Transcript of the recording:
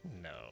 No